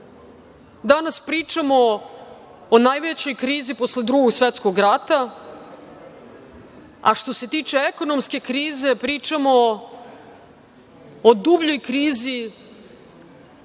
pričamo o najvećoj krizi posle Drugog svetskog rata, a što se tiče ekonomske krize pričamo o dubljoj krizi